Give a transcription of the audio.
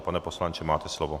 Pane poslanče, máte slovo.